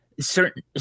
certain